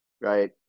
right